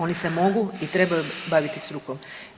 Oni se mogu i trebaju baviti strukom.